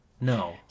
No